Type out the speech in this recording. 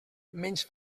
menys